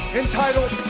entitled